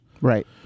right